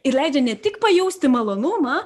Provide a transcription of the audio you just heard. ir leidžia ne tik pajausti malonumą